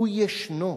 הוא ישנו,